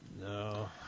No